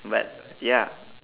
but ya